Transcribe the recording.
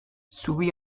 zubi